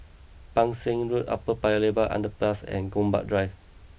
Pang Seng Road Upper Paya Lebar Underpass and Gombak Drive